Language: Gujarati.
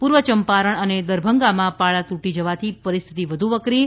પૂર્વ ચંપારણ અને દરભંગામાં પાળા તૂટી જવાથી પરિસ્થિતિ વધુ વકરી છે